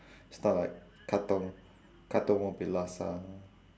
it's not like katong katong would be laksa